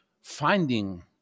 finding